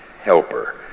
helper